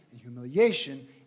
humiliation